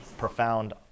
Profound